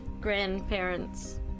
grandparents